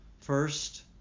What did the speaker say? First